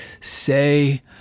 say